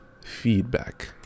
feedback